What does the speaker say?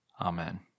Amen